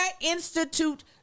institute